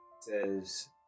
Says